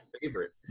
favorite